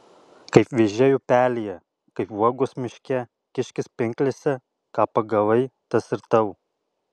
kaip vėžiai upelyje kaip uogos miške kiškis pinklėse ką pagavai tas ir tavo